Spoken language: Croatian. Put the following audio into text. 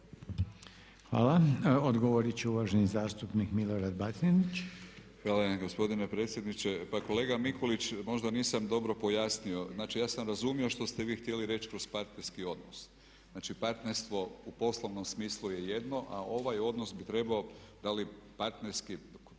Hvala. Odgovorit će uvaženi zastupnik Milorad Batinić. **Batinić, Milorad (HNS)** Hvala vam gospodine predsjedniče. Pa kolega Mikulić, možda nisam dobro pojasnio. Znači, ja sam razumio što ste vi htjeli reći kroz partnerski odnos. Znači, partnerstvo u poslovnom smislu je jedno, a ovaj odnos bi trebao, da li partnerski,